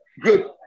good